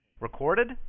Recorded